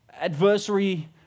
adversary